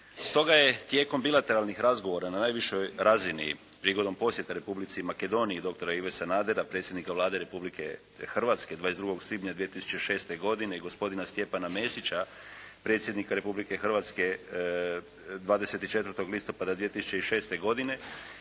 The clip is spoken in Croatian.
Stoga je tijekom bilateralnih razgovora na najvišoj razini prigodom posjeta Republici Makedoniji, dr. Ive Sanadera, predsjednika Vlade Republike Hrvatske 22. svibnja 2006. godine i gospodina predsjednika Mesića, predsjednika Republike Hrvatske 24. listopada 2006. godine